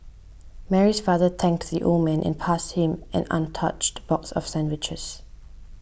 Mary's father thanks the old man and passed him an untouched box of sandwiches